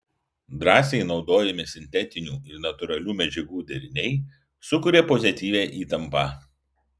drąsiai naudojami sintetinių ir natūralių medžiagų deriniai sukuria pozityvią įtampą